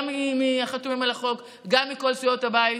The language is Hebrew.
גם מהחתומים על החוק וגם מכל סיעות הבית.